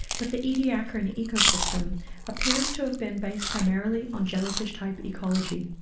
but the ediacaran ecosystem appears to have been based primarily on jellyfish-type ecology.